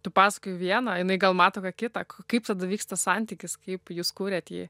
tu pasakoji vieną jinai gal matome kitą kaip tada vyksta santykis kaip jūs kuriat jį